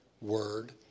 word